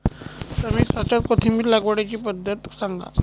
कमी खर्च्यात कोथिंबिर लागवडीची पद्धत सांगा